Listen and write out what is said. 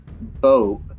boat